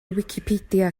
wicipedia